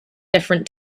different